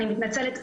אני מתנצלת,